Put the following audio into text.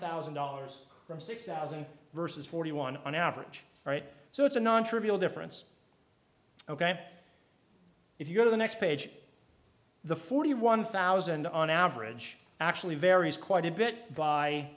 thousand dollars from six thousand versus forty one on average right so it's a non trivial difference ok if you go to the next page the forty one thousand on average actually varies quite a bit by